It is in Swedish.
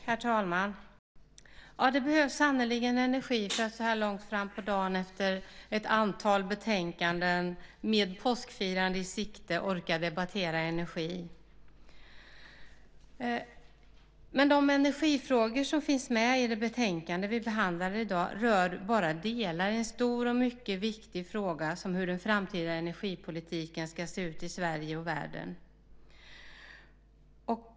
Herr talman! Det behövs sannerligen energi för att så här långt fram på dagen efter ett antal behandlade betänkanden och med påskfirande i sikte orka debattera energi. De energifrågor som finns med i det betänkande vi behandlar i dag rör bara delar i en stor och mycket fråga som handlar om hur den framtida energipolitiken ska se ut i Sverige och världen.